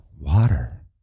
water